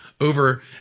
over